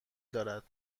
دارد